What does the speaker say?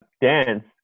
dance